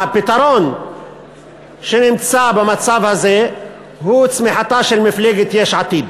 הפתרון שנמצא במצב הזה הוא צמיחתה של מפלגת יש עתיד.